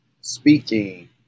speaking